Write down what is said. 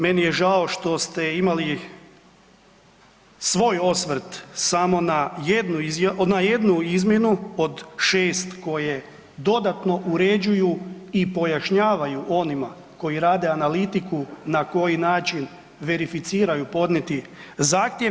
Meni je žao što ste imali svoj osvrt samo na jednu izmjenu od šest koje dodatno uređuju i pojašnjavaju onima koji rade analitiku na koji način verificiraju podnijeti zahtjev.